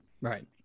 Right